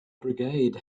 brigade